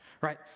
Right